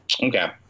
Okay